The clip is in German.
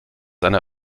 einer